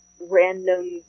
random